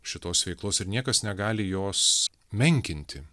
šitos veiklos ir niekas negali jos menkinti